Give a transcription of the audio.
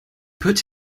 put